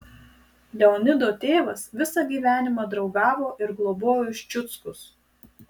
leonido tėvas visą gyvenimą draugavo ir globojo ščiuckus